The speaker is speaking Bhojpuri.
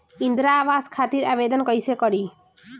इंद्रा आवास खातिर आवेदन कइसे करि?